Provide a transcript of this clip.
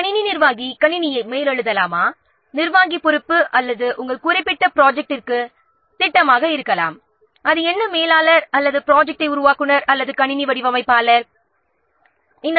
கணினி நிர்வாகி கணினிக்கு பொறுப்பு அல்லது உங்கள் குறிப்பிட்ட ப்ரொஜெக்ட்டின் திட்டம் என்பது என்னவாக இருக்கலாம் மேலாளர் யார் அல்லது ப்ரொஜெக்ட் உருவாக்குநர் அல்லது கணினி வடிவமைப்பாளர் யார் என்பதை கண்டறிய வேண்டும்